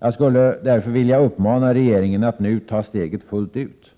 Jag skulle därför vilja uppmana regeringen att nu ta steget fullt ut.